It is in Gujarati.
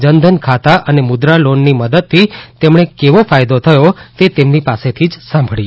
જનધન ખાતા અને મુદ્રા લોનની મદદથી તેમણે કેવો ફાયદો થયો તે તેમની પાસેથી જ સાંભળીએ